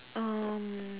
um